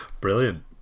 brilliant